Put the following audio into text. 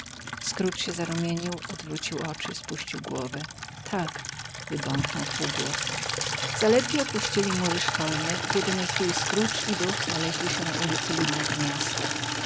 scrooge się zarumienił odwrócił oczy spuścił głowę tak wybąknął półgłosem zaledwie opuścili mury szkolne w jednej chwili scrooge i duch znaleźli się na ulicy ludnego miasta